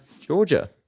georgia